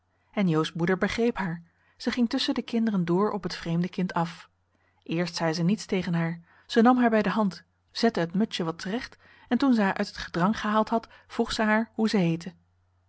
heen en jo's moeder begreep haar ze ging tusschen de kinderen door henriette van noorden weet je nog wel van toen op het vreemde kind af eerst zei ze niets tegen haar ze nam haar bij de hand zette het mutsje wat terecht en toen ze haar uit het gedrang gehaald had vroeg ze haar hoe ze heette